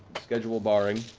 schedule barring.